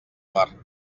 mar